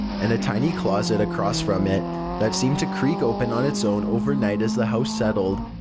and a tiny closet across from it that seemed to creak open on its own overnight as the house settled.